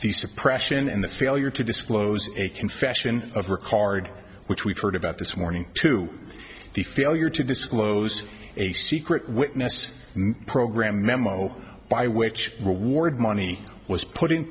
suppression and the failure to disclose a confession of her card which we've heard about this morning to the failure to disclose a secret witness program memo by which reward money was put in